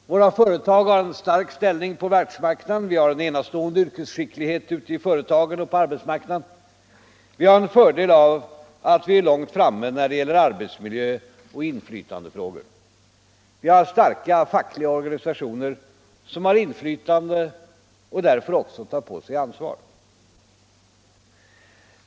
Våra företag har en stark ställning på världsmarknaden, vi har en enastående yrkesskicklighet ute i företagen och på arbetsmarknaden, vi har en fördel av att vi är långt framme när det gäller arbetsmiljöoch inflytandefrågor. Vi har starka fackliga organisationer som har inflytande och därför också tar på sig ansvar.